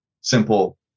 simple